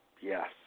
yes